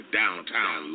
downtown